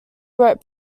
wrote